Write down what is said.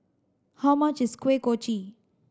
how much is Kuih Kochi